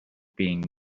being